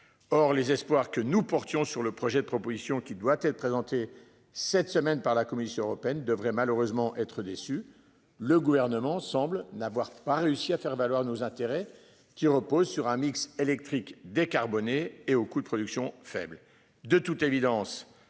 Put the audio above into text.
Or les espoirs que nous portons sur le projet de proposition qui doit être présenté cette semaine par la Commission européenne devrait malheureusement être déçu. Le gouvernement semble n'avoir pas réussi à faire valoir nos intérêts qui repose sur un mix électrique décarboné et aux coûts de productions faibles